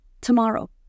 tomorrow